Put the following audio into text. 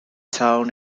town